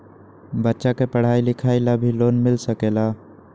बच्चा के पढ़ाई लिखाई ला भी लोन मिल सकेला?